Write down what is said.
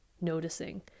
noticing